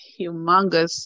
humongous